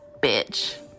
bitch